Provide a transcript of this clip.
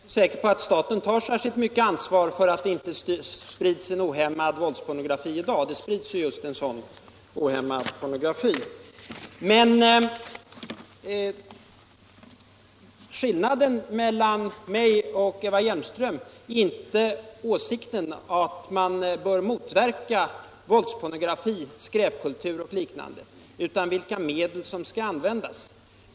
Herr talman! Jag anser inte att staten tar särskilt mycket ansvar för att det inte sprids en ohämmad våldspornografi i dag — det sprids ju just sådan. Men skillnaden mellan mig och Eva Hjelmström gäller inte att man bör motverka våldspornografi, skräpkultur och liknande företeelser, utan vilka medel som skall användas.